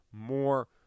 more